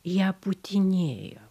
ją pūtinėjo